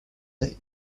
day